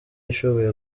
ishoboye